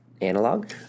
analog